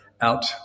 out